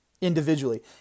individually